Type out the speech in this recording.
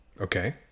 Okay